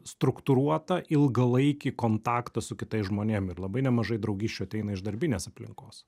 struktūruotą ilgalaikį kontaktą su kitais žmonėm ir labai nemažai draugysčių ateina iš darbinės aplinkos